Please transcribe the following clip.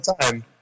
time